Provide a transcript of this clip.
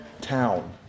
town